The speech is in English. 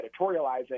editorializing